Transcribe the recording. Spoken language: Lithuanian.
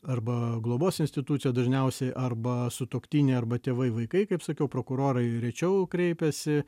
arba globos institucija dažniausiai arba sutuoktiniai arba tėvai vaikai kaip sakiau prokurorai rečiau kreipiasi